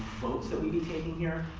votes that we'd be taking here.